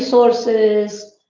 resources,